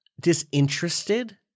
disinterested